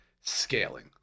scaling